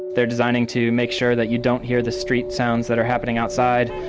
they're designing to make sure that you don't hear the street sounds that are happening outside.